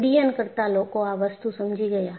ઉડ્ડયન કરતાં લોકો આ વસ્તુ સમજી ગયા